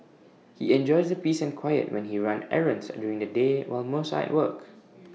he enjoys the peace and quiet when he runs errands during the day while most are at work